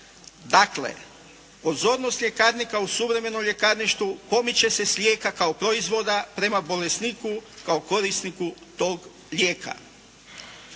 Dakle, pozornost ljekarnika u suvremenom ljekarništvu pomiče se s lijeka kao proizvoda prema bolesniku, kao korisniku tog lijeka.